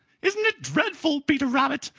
isn't it dreadful, peter rabbit,